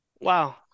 Wow